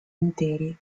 interi